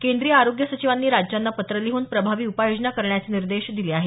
केंद्रीय आरोग्य सचिवांनी राज्यांना पत्र लिहून प्रभावी उपाययोजना करण्याचे निर्देश दिले आहेत